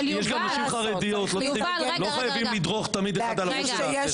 אבל יש גם נשים חרדיות ולא חייבים תמיד לדרוך אחד על הראש של האחר.